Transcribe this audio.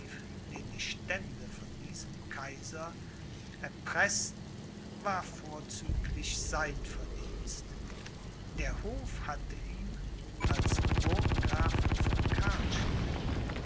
den die stände von diesem kaiser erpreßten war vorzüglich sein verdienst der hof hatte ihm als burggrafen von